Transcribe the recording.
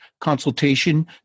consultation